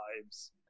lives